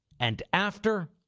and after,